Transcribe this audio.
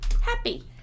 Happy